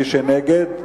מי שנגד,